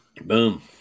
Boom